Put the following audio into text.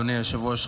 אדוני היושב-ראש,